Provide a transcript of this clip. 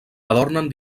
adornen